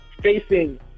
facing